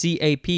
CAP